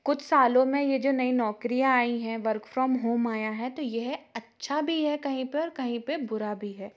कुछ सालों में ये जो नयी नौकरियां आई हैं वर्क फ्रॉम होम आया है तो यह अच्छा भी है कहीं पर कहीं पे बुरा भी है